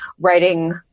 writing